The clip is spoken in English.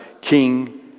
king